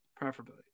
Preferably